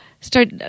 start